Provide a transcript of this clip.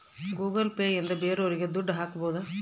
Google Pay ಇಂದ ಬೇರೋರಿಗೆ ದುಡ್ಡು ಹಾಕ್ಬೋದು